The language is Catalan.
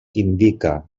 indica